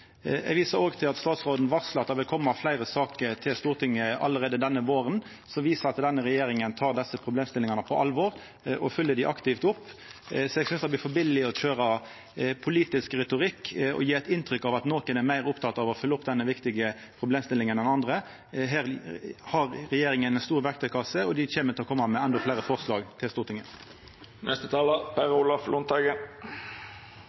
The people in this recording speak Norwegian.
fleire saker til Stortinget allereie denne våren som viser at regjeringa tar desse problemstillingane på alvor og følgjer dei aktivt opp. Eg synest det blir for billig å køyra politisk retorikk og gje eit inntrykk av at nokon er meir opptekne av å følgja opp denne viktige problemstillinga enn andre. Regjeringa har ei stor verktøykasse, og dei kjem til å koma med endå fleire forslag til